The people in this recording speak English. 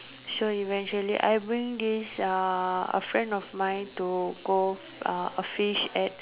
so eventually I bring this uh a friend of mine to go uh fish at